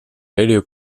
radio